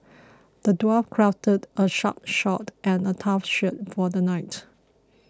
the dwarf crafted a sharp sword and a tough shield for the knight